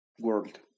world